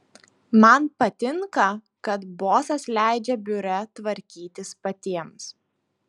man patinka kad bosas leidžia biure tvarkytis patiems